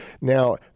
Now